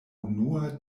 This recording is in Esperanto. unua